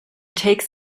takes